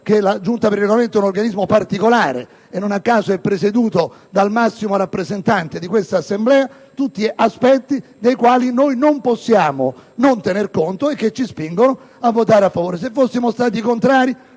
che la Giunta per il Regolamento è un organismo particolare, non a caso presieduto dal massimo rappresentante di questa Assemblea, Sono tutti aspetti dei quali non possiamo non tener conto e che ci spingono a votare a favore. Se fossimo stati contrari